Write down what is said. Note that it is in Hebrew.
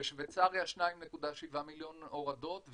בשוויצריה 2.7 מיליון הורדות,